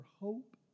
hope